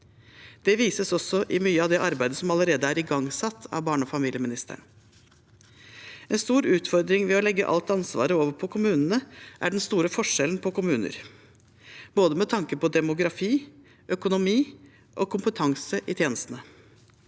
Det vises også i mye av det arbeidet som allerede er igangsatt av barne- og familieministeren. En stor utfordring ved å legge alt ansvaret over på kommunene er den store forskjellen på kommuner, med tanke på både demografi, økonomi og kompetanse i tjenesten.